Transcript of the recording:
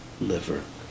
Liver